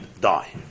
die